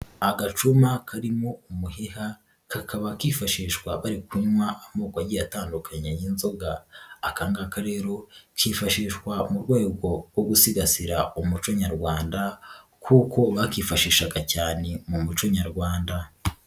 Agacuma karimo umuheha, kakaba kifashishwa bari kunywa amoko agiye atandukanye y'inzoga, aka ngaka rero kifashishwa mu rwego rwo gusigasira umuco nyarwanda kuko bakifashishaga cyane mu muco nyarwanda.